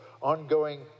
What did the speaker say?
ongoing